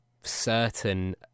certain